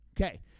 Okay